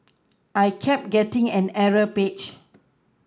I kept getting an error page